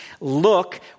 look